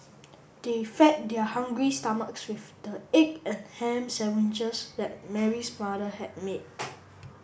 they fed their hungry stomachs with the egg and ham sandwiches that Mary's mother had made